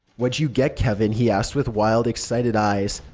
what'd you get, kevin? he asked with wild, excited eyes.